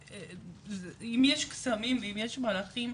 אם יש קסמים ואם יש מלאכים,